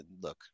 look